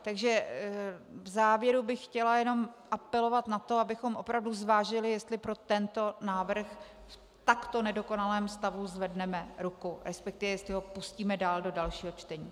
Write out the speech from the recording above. Takže v závěru bych chtěla jenom apelovat na to, abychom opravdu zvážili, jestli pro tento návrh v takto nedokonalém stavu zvedneme ruku, resp. jestli ho pustíme dál, do dalšího čtení.